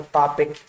topic